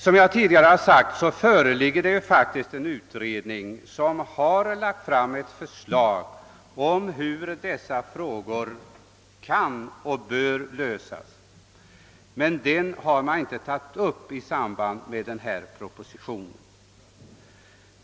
Som jag tidigare sagt föreligger det ett utredningsförslag om hur dessa frågor kan och bör lösas, men det förslaget har man inte tagit upp i samband med denna proposition.